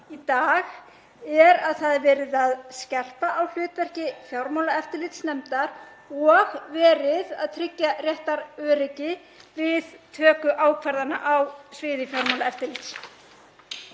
í dag er að það er verið að skerpa á hlutverki fjármálaeftirlitsnefndar og verið að tryggja réttaröryggi við töku ákvarðana á sviði fjármálaeftirlits.